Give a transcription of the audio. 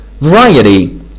Variety